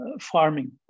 farming